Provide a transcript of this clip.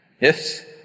yes